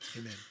Amen